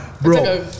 bro